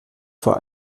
vor